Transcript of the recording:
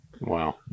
Wow